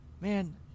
Man